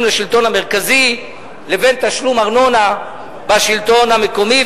לשלטון המרכזי לבין תשלומי ארנונה בשלטון המקומי,